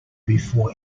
before